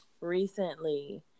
recently